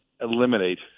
eliminate